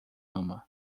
ama